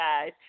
guys